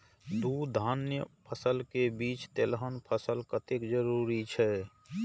दू धान्य फसल के बीच तेलहन फसल कतेक जरूरी छे?